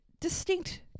distinct